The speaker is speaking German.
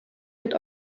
mit